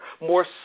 more